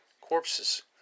corpses